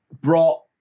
brought